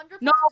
No